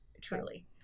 truly